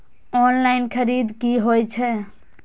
Online खरीद की होए छै?